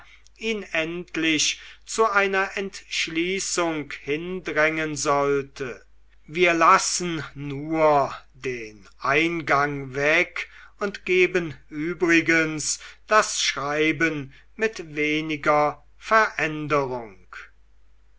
ihn endlich zu einer entschließung hindrängen sollte wir lassen nur den eingang weg und geben übrigens das schreiben mit weniger veränderung